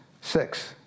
six